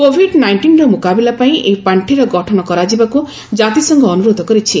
Covid ନାଇଷ୍ଟିନ୍ର ମୁକାବିଲା ପାଇଁ ଏହି ପାର୍ଷିର ଗଠନ କରାଯିବାକୁ ଜାତିସଂଘ ଅନୁରୋଧ କରିଛି